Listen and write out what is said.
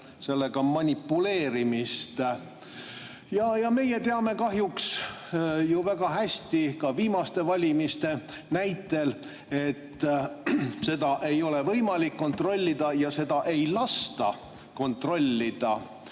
nendega manipuleerimist. Meie teame kahjuks ju väga hästi ka viimaste valimiste näitel, et ei ole võimalik kontrollida ja ei lasta kontrollida